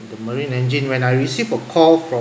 the marine engine when I received a call from